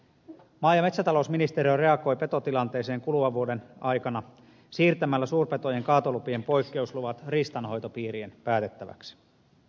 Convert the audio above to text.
maa ja metsätalousministeriö reagoi petotilanteeseen kuluvan vuoden aikana siirtämällä suurpetojen kaatolupien poikkeusluvat riistanhoitopiirien päätettäväksi